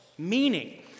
Meaning